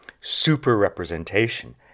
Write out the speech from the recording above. super-representation